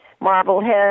Marblehead